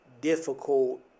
difficult